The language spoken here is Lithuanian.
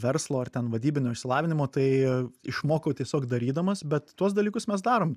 verslo ar ten vadybinio išsilavinimo tai išmokau tiesiog darydamas bet tuos dalykus mes darom